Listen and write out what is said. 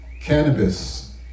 cannabis